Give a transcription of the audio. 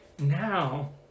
now